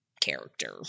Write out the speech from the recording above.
character